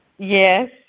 Yes